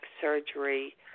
surgery